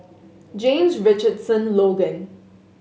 James Richardson Logan